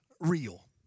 real